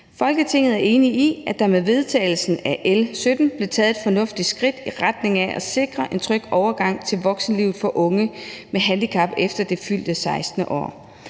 »Folketinget er enige i, at der med vedtagelsen af L 17 blev taget et fornuftigt skridt i retning af at sikre en tryg overgang til voksenlivet for unge med handicap efter det fyldte 16. år.